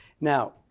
Now